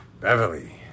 Beverly